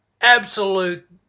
absolute